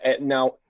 Now